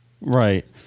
right